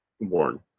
born